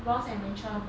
ross and rachel